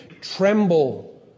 Tremble